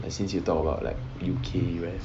since you talk about like U_K U_S